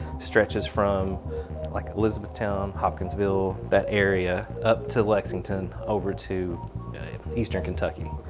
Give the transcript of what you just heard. stretches from like elizabethtown, hopkinsville, that area up to lexington, over to eastern kentucky.